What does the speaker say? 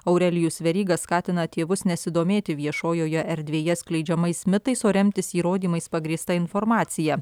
aurelijus veryga skatina tėvus nesidomėti viešojoje erdvėje skleidžiamais mitais o remtis įrodymais pagrįsta informacija